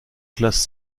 classe